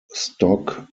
stock